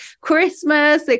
Christmas